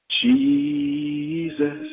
Jesus